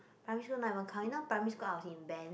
primary school not even count you know primary school I was in band